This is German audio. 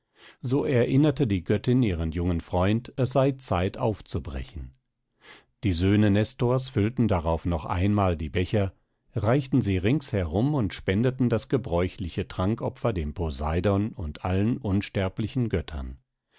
so erinnerte die göttin ihren jungen freund es sei zeit aufzubrechen die söhne nestors füllten darauf noch einmal die becher reichten sie ringsherum und spendeten das gebräuchliche trankopfer dem poseidon und allen unsterblichen göttern